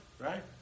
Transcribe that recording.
right